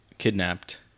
kidnapped